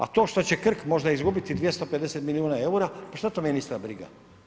A to što će Krk možda izgubiti 250 milijuna eura, što to ministra briga?